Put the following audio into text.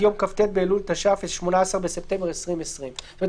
יום כ"ט באלול התש"ף (18 בספטמבר 2020). זאת אומרת,